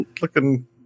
looking